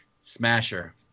smasher